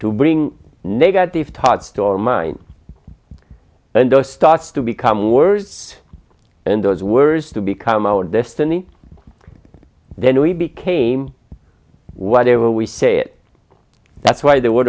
to bring negative thoughts store mind and those starts to become worse and those worse to become our destiny then we became whatever we say it that's why the wo